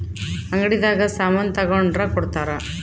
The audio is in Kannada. ಅಂಗಡಿ ದಾಗ ಸಾಮನ್ ತಗೊಂಡ್ರ ಕೊಡ್ತಾರ